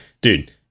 dude